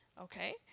Okay